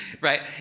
right